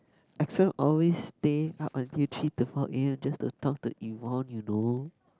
Axel always stay up until three to four a_m just to talk to Yvonne you know